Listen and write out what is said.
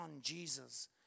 Jesus